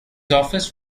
office